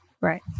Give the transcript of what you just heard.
Right